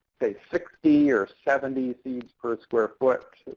say, sixty or seventy seeds per square foot,